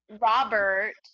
robert